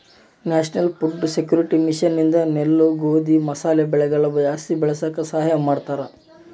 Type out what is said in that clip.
national Food Security Mission ಇಂದ ನೆಲ್ಲು ಗೋಧಿ ಮಸಾಲೆ ಬೆಳೆಗಳನ ಜಾಸ್ತಿ ಬೆಳಸಾಕ ಸಹಾಯ ಮಾಡ್ತಾರ